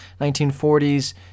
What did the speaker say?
1940s